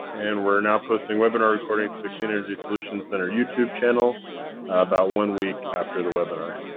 and we're now posting webinar recordings to the clean energy solutions center youtube channel about one week after the webinar.